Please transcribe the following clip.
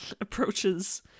approaches